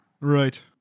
Right